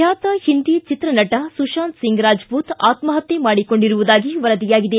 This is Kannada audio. ಬ್ಯಾತ ಹಿಂದಿ ಚಿತ್ರ ನಟ ಸುಶಾಂತ್ ಸಿಂಗ್ ರಾಜಪೂತ್ ಆತ್ಮಹತ್ಯೆ ಮಾಡಿಕೊಂಡಿರುವುದಾಗಿ ವರದಿಯಾಗಿದೆ